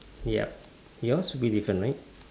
yup yours should be different right